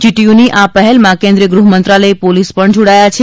જીટીયુની આ પહેલમાં કેન્દ્રીય ગ્રહમંત્રાલય પોલીસ પણ જોડાયા છે